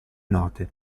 note